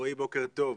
רועי, בוקר טוב.